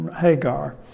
Hagar